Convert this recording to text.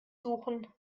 suchen